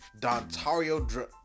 Dontario